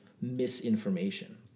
misinformation